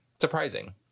surprising